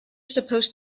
supposed